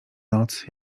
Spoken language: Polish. noc